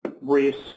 risk